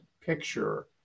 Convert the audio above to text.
picture